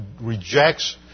rejects